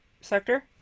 sector